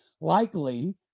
likely